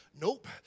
Nope